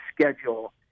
schedule